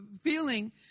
feeling